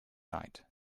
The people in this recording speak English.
night